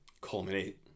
culminate